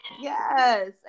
Yes